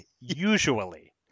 usually